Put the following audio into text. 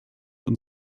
und